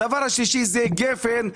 הדבר השלישי הוא גפן.